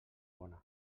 bona